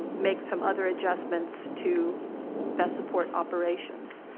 make some other adjustments to best support operations.